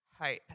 hope